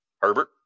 Herbert